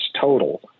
total